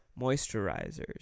moisturizers